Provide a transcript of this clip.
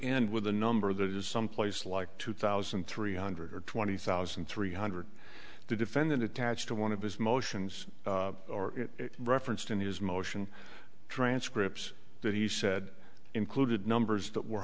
end with a number that is someplace like two thousand three hundred twenty thousand three hundred the defendant attached to one of his motions or referenced in his motion transcripts that he said included numbers that were